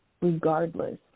regardless